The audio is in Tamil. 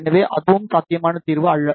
எனவே அதுவும் சாத்தியமான தீர்வு அல்ல